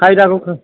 खायदाफोरखौ